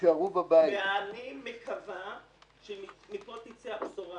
אני מקווה שמפה תצא בשורה